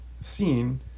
scene